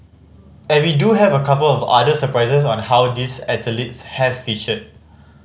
and we do have a couple of other surprises on how these athletes has featured